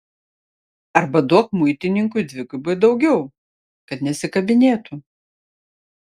arba duok muitininkui dvigubai daugiau kad nesikabinėtų